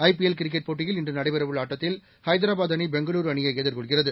ஐ P L cricket போட்டியில் இன்று நடைபெறவுள்ள ஆட்டத்தில் ஹைதராபாத் அணி பெங்களூரு அணியை எதிர்கொள்கிறது